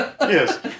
Yes